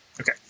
Okay